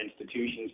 institutions